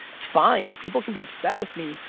it's fine, people can be upset with me,